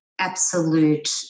absolute